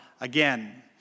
again